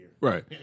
Right